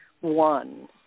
One